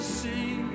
see